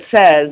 says